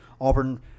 Auburn